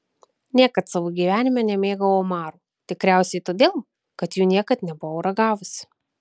niekad savo gyvenime nemėgau omarų tikriausiai todėl kad jų niekad nebuvau ragavusi